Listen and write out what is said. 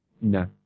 No